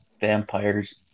vampires